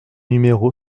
numéro